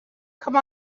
come